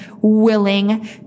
willing